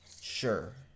sure